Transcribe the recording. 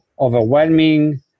overwhelming